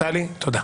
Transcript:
טלי, תודה.